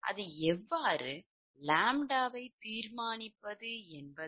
அது எவ்வாறு ʎ வை தீர்மானிப்பது என்பது